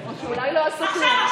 או שאולי לא עשו כלום.